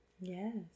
yes